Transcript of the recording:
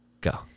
Go